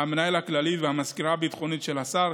המנהל הכללי והמזכירה הביטחונית של השר,